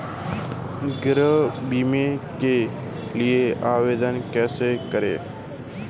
गृह बीमा के लिए आवेदन कैसे करें?